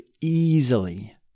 easily